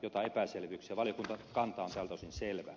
valiokunnan kanta on tältä osin selvä